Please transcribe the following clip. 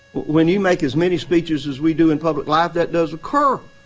when you make as many speeches as we do in public life, that does occur.